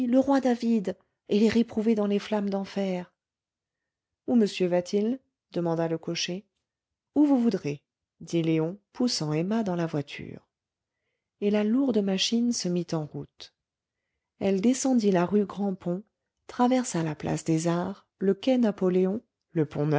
le roi david et les réprouvés dans les flammes d'enfer où monsieur va-t-il demanda le cocher où vous voudrez dit léon poussant emma dans la voiture et la lourde machine se mit en route elle descendit la rue grand pont traversa la place des arts le quai napoléon le pont